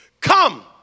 Come